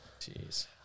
Jeez